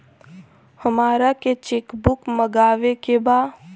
हमारा के cheque book मगावे के बा?